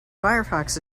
firefox